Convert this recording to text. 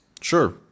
Sure